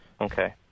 Okay